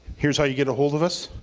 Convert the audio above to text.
here's how you get a hold of us.